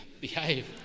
behave